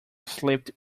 slipped